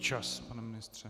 Čas, pane ministře.